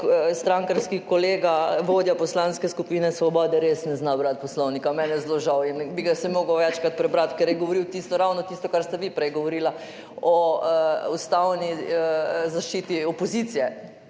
strankarski kolega, vodja Poslanske skupine Svobode res ne zna brati Poslovnika. Meni je zelo žal in bi si ga sem moral večkrat prebrati, ker je govoril ravno tisto, kar ste vi prej govorila, o ustavni zaščiti opozicije.